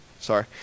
Sorry